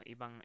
ibang